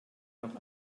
noch